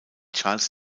charles